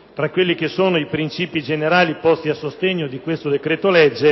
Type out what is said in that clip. contraddizioni fra i principi generali posti a sostegno del decreto-legge